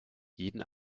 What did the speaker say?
jeden